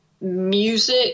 music